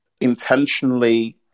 intentionally